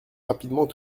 rapidement